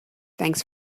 thanks